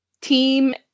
team